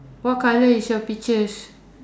what colour is your peaches